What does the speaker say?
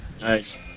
Nice